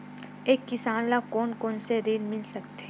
एक किसान ल कोन कोन से ऋण मिल सकथे?